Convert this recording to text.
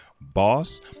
Boss